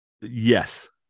Yes